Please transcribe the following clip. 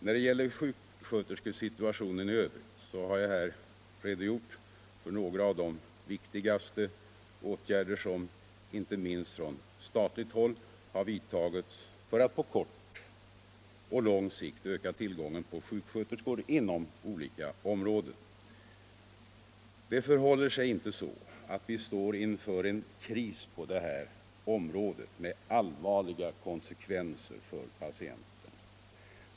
När det gäller sjuksköterskesituationen i övrigt har jag redogjort för några av de viktigaste åtgärder som inte minst från statligt håll har vidtagits för att på kort och lång sikt öka tillgången på sjuksköterskor inom olika områden. Det förhåller sig inte så att vi står inför en kris på det här området med allvarliga konsekvenser för patienterna.